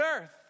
earth